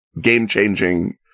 game-changing